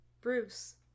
Bruce